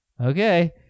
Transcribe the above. Okay